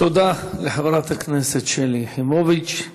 תודה לחברת הכנסת שלי יחימוביץ.